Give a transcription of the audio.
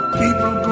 people